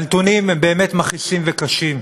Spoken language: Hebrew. הנתונים הם באמת מכעיסים וקשים,